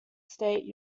state